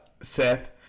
Seth